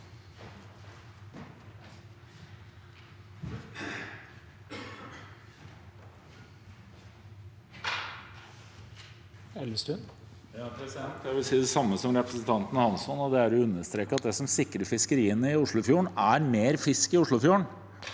Jeg vil si det samme som representanten Hansson, og understreke at det som sikrer fiskeriene i Oslofjorden, er mer fisk i Oslofjorden.